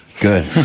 Good